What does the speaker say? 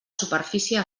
superfície